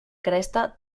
cresta